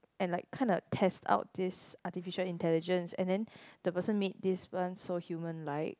and like kind of test out this artificial intelligence and then the person made this one so human like